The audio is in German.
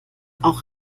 auch